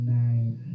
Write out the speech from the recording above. nine